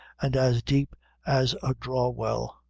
and as deep as a dhraw-well.